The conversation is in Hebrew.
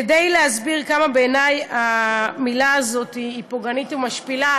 כדי להסביר כמה בעיני המילה הזאת היא פוגענית ומשפילה,